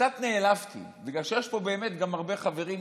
קצת נעלבתי, בגלל שיש פה באמת גם חברים טובים,